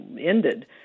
ended